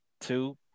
two